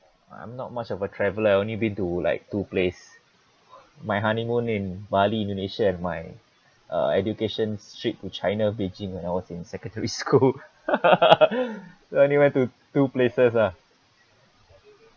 I'm not much of a traveller I only been to like two place my honeymoon in bali indonesia and my uh education's trip to china beijing when I was in secondary school so I only went to two places ah